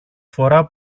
φορά